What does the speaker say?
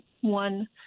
one